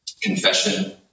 confession